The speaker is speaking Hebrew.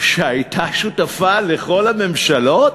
שהייתה שותפה לכל הממשלות,